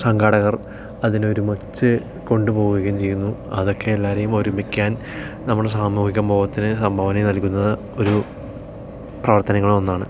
സംഘാടകർ അതിനെ ഒരുമിച്ച് കൊണ്ട് പോവുകയും ചെയ്യുന്നു അതൊക്കെ എല്ലാവരേയും ഒരുമിക്കാൻ നമ്മുടെ സാമൂഹിക മോഹത്തിന് സംഭാവന നൽകുന്ന ഒരു പ്രവർത്തനങ്ങളിൽ ഒന്നാണ്